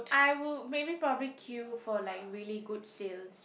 I would maybe probably queue for like really good sales